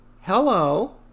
Hello